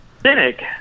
Cynic